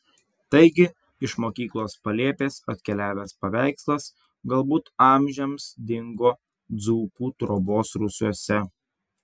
taigi iš mokyklos palėpės atkeliavęs paveikslas galbūt amžiams dingo dzūkų trojos rūsiuose